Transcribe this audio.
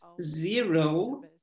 zero